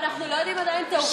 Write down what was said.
ואנחנו לא יודעים עדיין את העובדות,